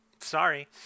Sorry